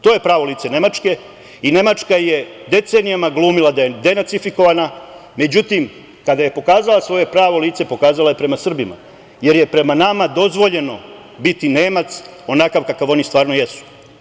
To je pravo lice Nemačke i Nemačka je decenijama glumila da je denacifikovana, međutim, kada je pokazala svoje prvo lice pokazala je prema Srbima, jer je prema nama dozvoljeno biti Nemac onakav kakav oni stvarno jesu.